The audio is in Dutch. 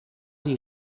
die